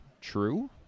True